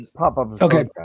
okay